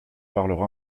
parlera